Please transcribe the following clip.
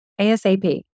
ASAP